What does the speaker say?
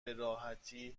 براحتی